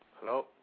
Hello